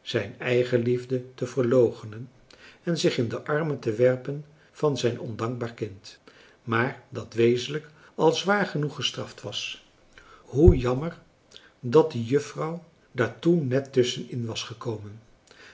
zijn eigenliefde te verloochenen en zich in de armen te werpen van zijn ondankbaar kind maar dat wezenlijk al zwaar genoeg gestraft was hoe jammer dat de juffrouw daar toen net tusschen in was gekomen